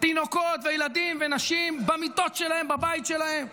תינוקות וילדים ונשים במיטות שלהם, בבית שלהם.